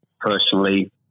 personally